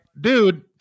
dude